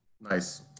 Nice